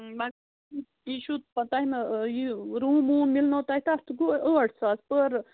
مگر یہ چھُو تۄہہِ یہِ روٗم ووٗم میلنو تۄہہِ تتھ گوٚو ٲٹھ ساس پٔر